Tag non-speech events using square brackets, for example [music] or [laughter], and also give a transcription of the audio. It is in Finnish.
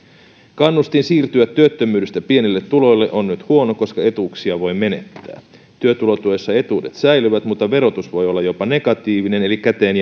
kannustin siirtyä työttömyydestä pienille tuloille on nyt huono koska etuuksia voi menettää työtulotuessa etuudet säilyvät mutta verotus voi olla jopa negatiivinen eli käteen [unintelligible]